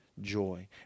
joy